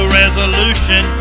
resolution